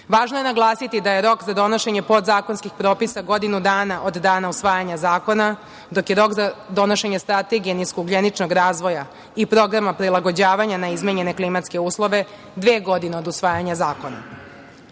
je naglasiti da je rok za donošenje podzakonskih propisa godinu dana od dana usvajanja zakona, dok je rok za donošenje strategije niskougljeničnog razvoja i programa prilagođavanja na izmenjene klimatske uslove dve godine od usvajanja zakona. Želela